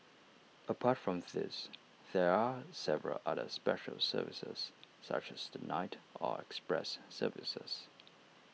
apart from these there are several other special services such as the night or express services